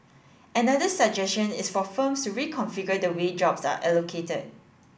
another suggestion is for firms to reconfigure the way jobs are allocated